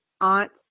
aunt